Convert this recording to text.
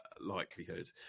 likelihood